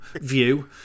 view